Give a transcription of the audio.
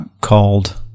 called